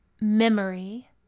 memory